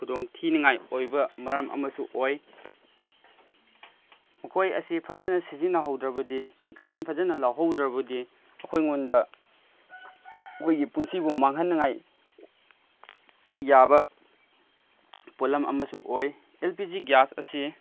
ꯈꯨꯗꯣꯡꯊꯤꯅꯤꯉꯥꯏ ꯑꯣꯏꯕ ꯃꯔꯝ ꯑꯃꯁꯨ ꯑꯣꯏ ꯃꯈꯣꯏ ꯑꯁꯤ ꯐꯖꯅ ꯁꯤꯖꯤꯟꯅꯍꯧꯗ꯭ꯔꯕꯗꯤ ꯄ꯭ꯔꯤꯀꯣꯁꯟ ꯐꯖꯅ ꯂꯧꯍꯧꯗ꯭ꯔꯕꯗꯤ ꯑꯩꯈꯣꯏꯉꯣꯟꯗ ꯑꯩꯈꯣꯏꯒꯤ ꯄꯨꯟꯁꯤꯕꯨ ꯃꯥꯡꯍꯟꯅꯉꯥꯏ ꯌꯥꯕ ꯄꯣꯠꯂꯝ ꯑꯃꯁꯨ ꯑꯣꯏ ꯑꯦꯜ ꯄꯤ ꯖꯤ ꯒ꯭ꯌꯥꯁ ꯑꯁꯤ